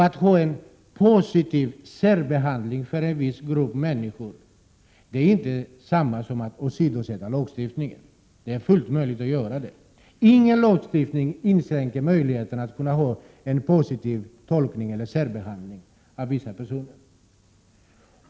Att ha en positiv särbehandling av en viss grupp människor, det är inte detsamma som att åsidosätta lagstiftningen. Det är fullt möjligt att göra på detta sätt. Ingen lagstiftning inskränker möjligheterna att göra en positiv tolkning eller ha en särbehandling av vissa personer.